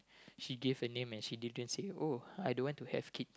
she gave a name and she didn't say oh I don't want to have kid